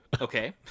okay